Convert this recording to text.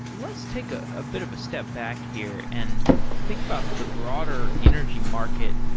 let's take ah a bit of a step back here and think about the broader energy market.